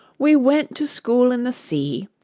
we went to school in the sea.